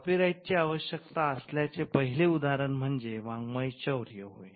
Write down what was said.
copyright ची आवश्यकता असल्याचे पहिले उदाहरण म्हणजे वाड्ःमयचौर्य होय